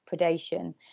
predation